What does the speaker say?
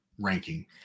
ranking